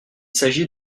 s’agit